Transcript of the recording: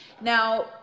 Now